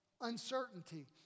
uncertainty